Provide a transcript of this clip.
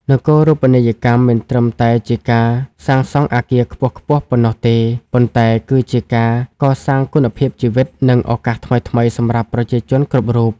នគរូបនីយកម្មមិនត្រឹមតែជាការសាងសង់អគារខ្ពស់ៗប៉ុណ្ណោះទេ ប៉ុន្តែគឺជាការកសាងគុណភាពជីវិត និងឱកាសថ្មីៗសម្រាប់ប្រជាជនគ្រប់រូប។